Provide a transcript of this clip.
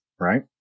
right